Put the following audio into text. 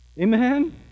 Amen